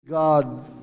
God